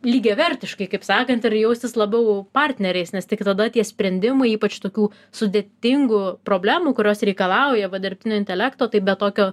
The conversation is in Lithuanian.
lygiavertiškai kaip sakant ir jaustis labiau partneriais nes tik tada tie sprendimai ypač tokių sudėtingų problemų kurios reikalauja va dirbtinio intelekto taip be tokio